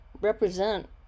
represent